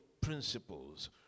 principles